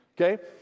Okay